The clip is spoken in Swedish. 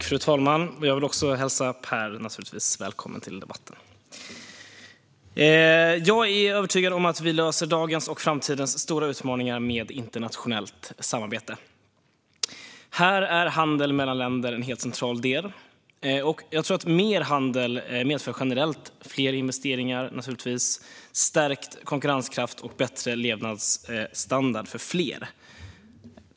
Fru talman! Även jag vill naturligtvis hälsa Per välkommen till debatten. Jag är övertygad om att vi löser dagens och framtidens stora utmaningar med internationellt samarbete. Här är handel mellan länder en helt central del, och jag tror att mer handel generellt medför fler investeringar, stärkt konkurrenskraft och bättre levnadsstandard för fler.